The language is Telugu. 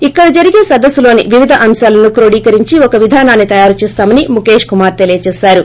ఇక్కడ జరిగే సదస్సు లోని వివిధ అంశాలను క్రోడీకరించి ఒక విధానాన్ని తయారు చేస్తామని ముఖేష్ కుమార్ తెలిపారు